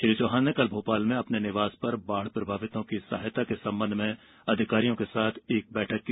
श्री चौहान ने कल भोपाल में अपने निवास पर बाढ़ प्रभावितों को सहायता के संबंध में अधिकारियों के साथ एक बैठक की